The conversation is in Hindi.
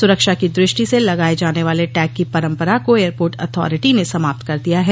सुरक्षा कीदृष्टि से लगाये जाने वाले टैग की परंपरा को एयरपोर्ट ऑथोरिटी ने समाप्त कर दिया है